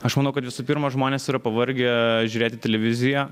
aš manau kad visų pirma žmonės yra pavargę žiūrėti televiziją